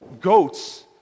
goats